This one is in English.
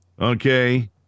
okay